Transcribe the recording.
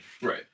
Right